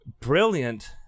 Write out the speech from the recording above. Brilliant